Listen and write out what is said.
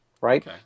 right